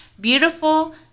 Beautiful